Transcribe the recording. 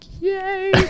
yay